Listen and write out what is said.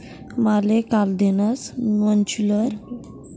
माले कालदीनच mutual fund पूरा व्हवाना पैसा भेटनात